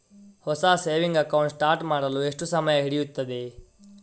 ಹೊಸ saving account start ಮಾಡಲು ಎಷ್ಟು ಸಮಯ ಹಿಡಿಯುತ್ತದೆ?